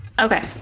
Okay